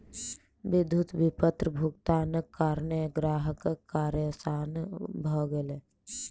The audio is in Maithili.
विद्युत विपत्र भुगतानक कारणेँ ग्राहकक कार्य आसान भ गेल